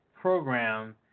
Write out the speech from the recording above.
program